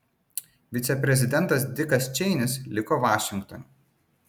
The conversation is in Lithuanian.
viceprezidentas dikas čeinis liko vašingtone